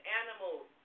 animals